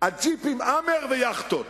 ג'יפים, "האמר" ויאכטות.